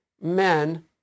men